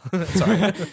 Sorry